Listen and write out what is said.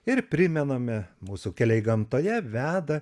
ir primename mūsų keliai gamtoje veda